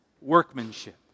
workmanship